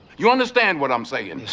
you understand what i'm saying? yes,